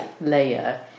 layer